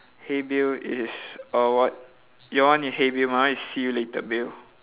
hey bill is uh what your one is hey bill my one is see you later bill